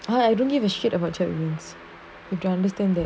I don't give a shit about chat rooms with you understand that